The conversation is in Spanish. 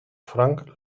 frank